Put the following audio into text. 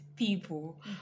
people